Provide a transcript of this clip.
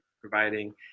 providing